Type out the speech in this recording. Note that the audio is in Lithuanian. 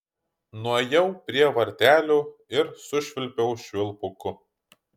nuėjau prie vartelių ir sušvilpiau švilpuku